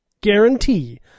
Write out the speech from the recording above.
guarantee